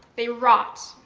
they rot,